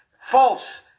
false